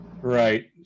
Right